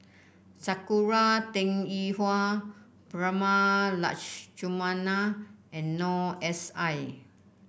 Sakura Teng Ying Hua Prema Letchumanan and Noor S I